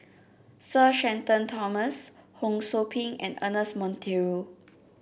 Sir Shenton Thomas Ho Sou Ping and Ernest Monteiro